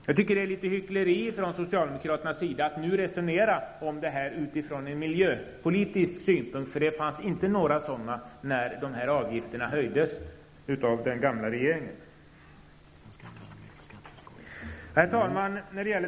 Jag tycker att det är hyckleri från socialdemokraternas sida att nu resonera om detta utifrån en miljöpolitisk synpunkt. Några sådana överväganden gjordes inte när dessa avgifter höjdes av den gamla regeringen. Herr talman!